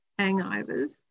hangovers